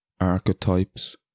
archetypes